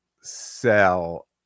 sell